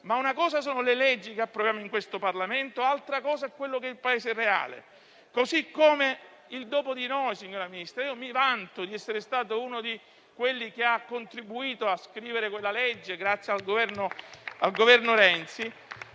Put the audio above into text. Ma una cosa sono le leggi che approviamo in questo Parlamento, altra cosa è il Paese reale. Così come per il dopo di noi. Io mi vanto di essere stato tra quelli che hanno contribuito a scrivere quella legge, grazie al Governo Renzi.